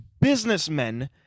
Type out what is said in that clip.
businessmen